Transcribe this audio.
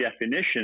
definition